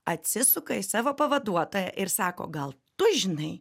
atsisuka į savo pavaduotoją ir sako gal tu žinai